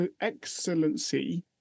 excellency